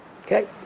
Okay